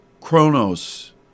chronos